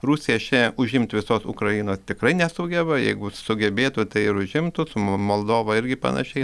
rusija šian užimt visos ukrainos tikrai nesugeba jeigu sugebėtų tai ir užimtų su mo moldova irgi panašiai